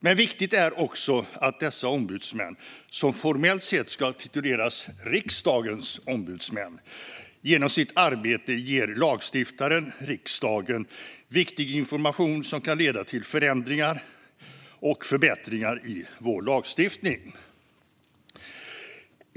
Men viktigt är också att dessa ombudsmän, som formellt sett ska tituleras Riksdagens ombudsmän, genom sitt arbete ger lagstiftaren riksdagen viktig information som kan leda till förändringar och förbättringar i vår lagstiftning.